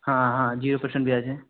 हाँ हाँ zero percent ब्याज है